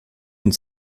une